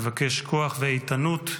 נבקש כוח ואיתנות,